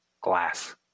glass